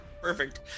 perfect